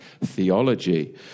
theology